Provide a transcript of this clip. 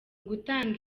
gutanga